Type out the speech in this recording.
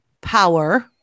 power